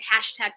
hashtag